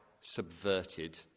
subverted